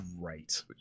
great